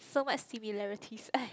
so much similarities